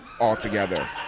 altogether